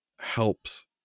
helps